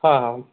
हां हां